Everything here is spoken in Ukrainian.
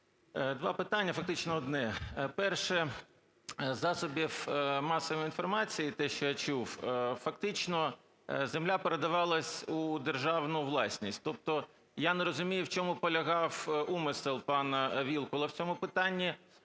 Два питання, фактично одне. Перше, з засобів масової інформації, те, що я чув, фактично земля передавалася у державну власність. Тобто я не розумію, в чому полягав умисел пана Вілкула в цьому питанні.